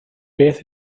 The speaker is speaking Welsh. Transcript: beth